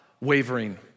wavering